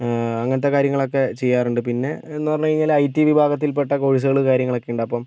അങ്ങനത്തെ കാര്യങ്ങളൊക്കെ ചെയ്യാറുണ്ട് പിന്നെ എന്ന് പറഞ്ഞ് കഴിഞ്ഞാല് ഐ ടി വിഭാഗത്തിൽപ്പെട്ട കോഴ്സുള് കാര്യങ്ങളൊക്കെ ഉണ്ട് അപ്പം